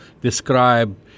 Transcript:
describe